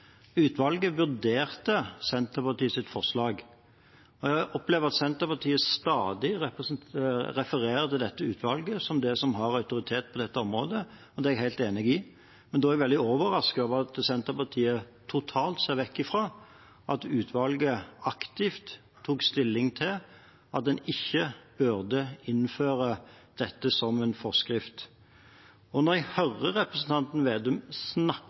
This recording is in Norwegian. Utvalget vurderte Senterpartiets forslag. Jeg opplever at Senterpartiet stadig refererer til dette utvalget som det som har autoritet på området. Det er jeg helt enig i, men da er jeg veldig overrasket over at Senterpartiet totalt ser vekk fra at utvalget aktivt tok stilling til at en ikke burde innføre dette som en forskrift. Når jeg hører representanten Slagsvold Vedum